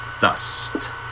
Dust